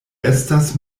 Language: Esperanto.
estas